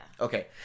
Okay